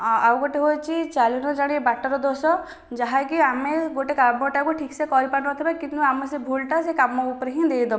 ଆଉ ଗୋଟିଏ ହେଉଛି ଚାଲି ନଜାଣି ବାଟର ଦୋଷ ଯାହାକି ଆମେ ଗୋଟିଏ କାମ ଟାକୁ ଠିକ୍ ସେ କରିପାରୁନଥିବା କିନ୍ତୁ ଆମେ ସେ ଭୁଲଟା ସେ କାମ ଉପରେ ହିଁ ଦେଇଦେବା